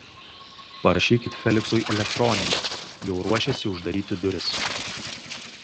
parašykit feliksui elektroninį jau ruošėsi uždaryti duris